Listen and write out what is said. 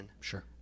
Sure